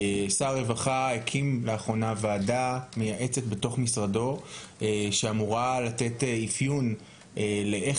לכך ששר רווחה הקים לאחרונה ועדה מייעצת בתוך משרדו שאמורה לאפיין איך